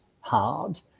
hard